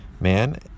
man